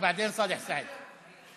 ובעדין, סאלח סעד.